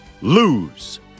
Lose